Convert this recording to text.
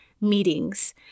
meetings